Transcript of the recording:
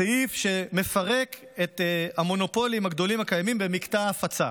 סעיף שמפרק את המונופולים הגדולים הקיימים במקטע ההפצה.